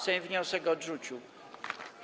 Sejm wniosek odrzucił.